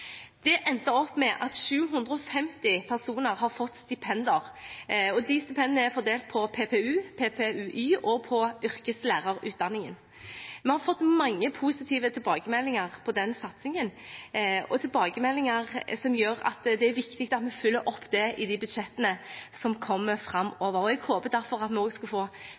Det endte med at 750 personer har fått stipender. Disse stipendene er fordelt på PPU, PPU-Y og yrkeslærerutdanningen. Vi har fått mange positive tilbakemeldinger på den satsingen, tilbakemeldinger som gjør at det er viktig at vi følger dette opp i de budsjettene som kommer framover. Jeg håper derfor at Norge skal få